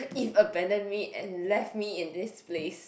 Eve abandon me and left me in this place